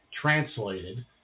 translated